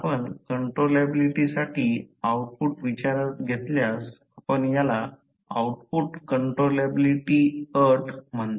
आपण कंट्रोलॅबिलिटीसाठी आउटपुट विचारात घेतल्यास आपण याला आउटपुट कंट्रोलॅबिलिटी अट म्हणतो